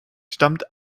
stammt